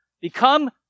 become